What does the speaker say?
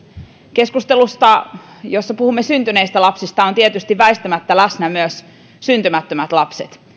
keskustelussa jossa puhumme syntyneistä lapsista on tietysti väistämättä läsnä myös syntymättömät lapset